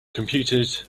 computed